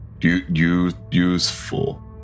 Useful